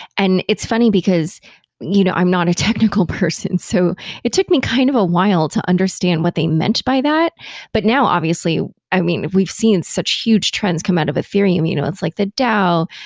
and it's funny, because you know i'm not a technical person, so it took me kind of a while to understand what they meant by that but now obviously, i mean we've seen such huge trends come out of ethereum. you know it's like the dao,